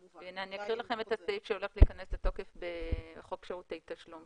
אני אקריא לכם את הסעיף שעומד להיכנס לתוקף בחוק שירותי תשלום.